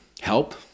help